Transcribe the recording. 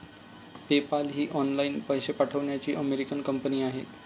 PayPal ही online पैसे पाठवण्याची अमेरिकन कंपनी आहे